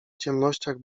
ciemnościach